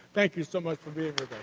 thank you so much for being